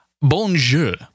Bonjour